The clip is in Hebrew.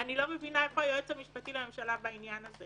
ואני לא מבינה איפה היועץ המשפטי לממשלה בעניין הזה